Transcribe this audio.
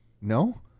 No